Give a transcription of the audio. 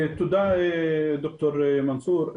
תודה, ד"ר מנסור.